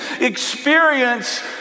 experience